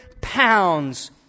pounds